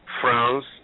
France